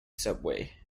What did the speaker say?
subway